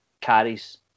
carries